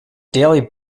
daily